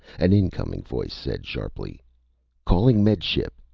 an incoming voice said sharply calling med ship!